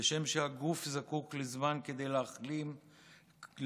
כשם שהגוף זקוק לזמן כדי להחלים לאחר